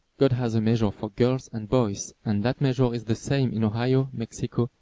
god has a measure for girls and boys, and that measure is the same in ohio, mexico,